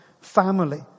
family